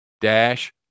dash